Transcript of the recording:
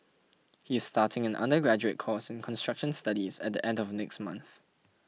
he is starting an undergraduate course in construction studies at the end of next month